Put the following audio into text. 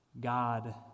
God